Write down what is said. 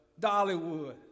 Dollywood